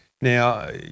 Now